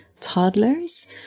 toddlers